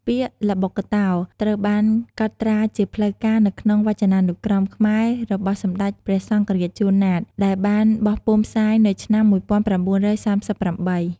ពាក្យ ល្បុក្កតោ ត្រូវបានកត់ត្រាជាផ្លូវការនៅក្នុងវចនានុក្រមខ្មែររបស់សម្ដេចព្រះសង្ឃរាជ ជួន ណាត ដែលបានបោះពុម្ពផ្សាយនៅឆ្នាំ១៩៣៨។